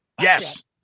Yes